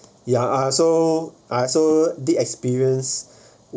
ya ah so I also did experience